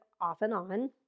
off-and-on